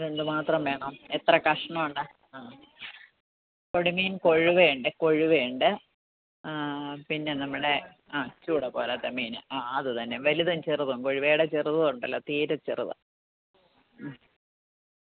എന്തുമാത്രം വേണം എത്ര കഷ്ണം ഉണ്ട് പൊടി മീൻ കൊഴുവയുണ്ട് കൊഴുവയുണ്ട് പിന്നെ നമ്മുടെ ആ ചൂട് പോലത്തെ മീൻ അത് തന്നെ വലുതും ചെറുതും കൊഴുവയുടെ ചെറുതും ഉണ്ടല്ലോ തീരെ ചെറുതും